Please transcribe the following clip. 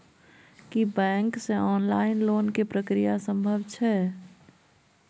की bank से online loan के प्रक्रिया संभव छै?